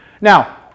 Now